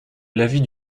l’avis